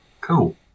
Cool